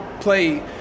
play